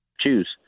Choose